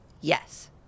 Yes